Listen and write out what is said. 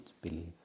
believe